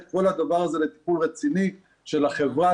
כל הדבר הזה לטיפול רציני של החברה.